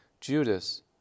Judas